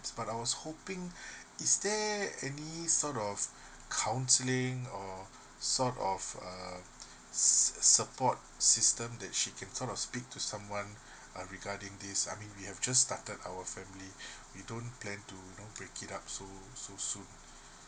but I was hoping is there any sort of counseling or sort of s~ support system that she can sort of speak to someone uh regarding this I mean we have just started our family we don't plan to you know break it up so so soon